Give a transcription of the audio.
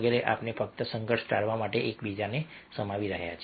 તેથી અમે ફક્ત સંઘર્ષ ટાળવા માટે એકબીજાને સમાવી રહ્યા છીએ